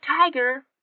tiger